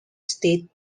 states